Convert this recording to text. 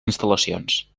instal·lacions